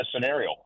scenario